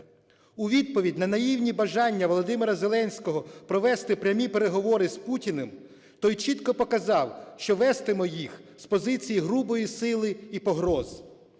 У відповідь на наївні бажання Володимира Зеленського провести прямі переговори з Путіним, той чітко показав, що вестиме їх з позиції грубої сили і погроз.